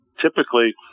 typically